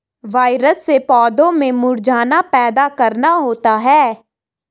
virus से पौधों में मुरझाना पैदा करना होता है